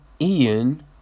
Ian